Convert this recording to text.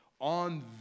on